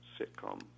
sitcom